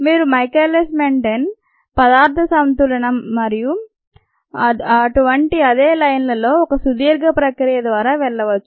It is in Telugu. మీరు మైఖెలాస్ మెంటేన్ పదార్థ సంతులనం మరియు వంటి అదే లైన్లలో ఒక సుదీర్ఘ ప్రక్రియ ద్వారా వెళ్ళవచ్చు